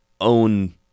own